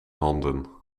handen